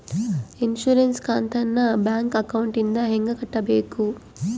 Insurance ಕಂತನ್ನ bank ಅಕೌಂಟಿಂದ ಹೆಂಗ ಕಟ್ಟಬೇಕು?